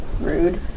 Rude